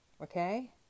Okay